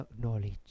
knowledge